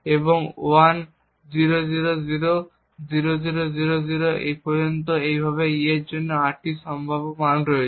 এবং 10000000 পর্যন্ত এইভাবে e এর জন্য 8টি সম্ভাব্য মান রয়েছে